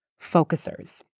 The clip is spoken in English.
focusers